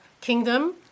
Kingdom